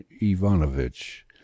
ivanovitch